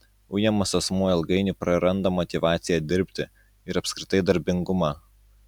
ujamas asmuo ilgainiui praranda motyvaciją dirbti ir apskritai darbingumą